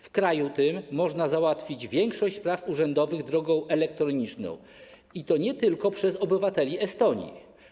W kraju tym można załatwić większość spraw urzędowych drogą elektroniczną, i dotyczy to nie tylko obywateli Estonii.